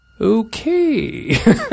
Okay